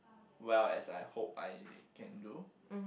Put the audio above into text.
well as I hope I can do